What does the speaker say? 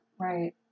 Right